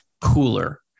cooler